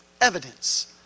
Evidence